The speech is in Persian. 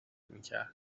میکرد